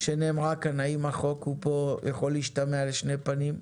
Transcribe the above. שנאמרה כאן, האם החוק פה יכול להשתמע לשני פנים.